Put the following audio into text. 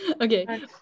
Okay